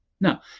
Now